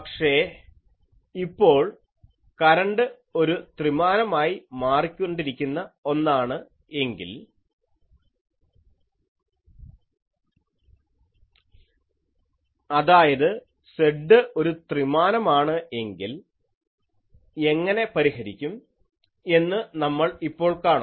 പക്ഷേ ഇപ്പോൾ കരണ്ട് ഒരു ത്രിമാനമായി മാറിക്കൊണ്ടിരിക്കുന്ന ഒന്നാണ് എങ്കിൽ അതായത് Z ഒരു ത്രിമാനമാണ് എങ്കിൽ എങ്ങനെ പരിഹരിക്കും എന്ന് നമ്മൾ ഇപ്പോൾ കാണും